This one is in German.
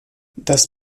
das